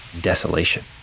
desolation